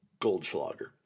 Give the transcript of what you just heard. goldschlager